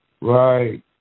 right